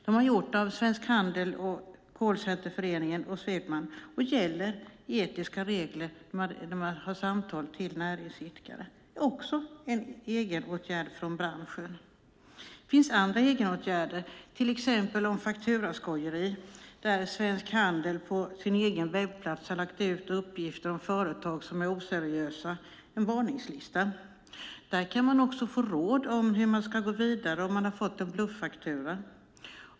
Den har gjorts av Svensk Handel, Sveriges Callcenterförening och Swedma och gäller etiska regler vid samtal till näringsidkare. Detta är en egenåtgärd från branschen. Det finns andra egenåtgärder. Det handlar till exempel om fakturaskojeri, där Svensk Handel på sin egen webbplats lagt ut uppgifter om företag som är oseriösa, en varningslista. Där kan man också få råd hur man går vidare om man fått en bluffaktura.